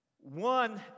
One